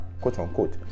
quote-unquote